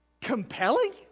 Compelling